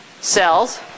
cells